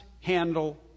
handle